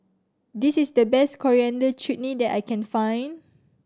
this is the best Coriander Chutney that I can find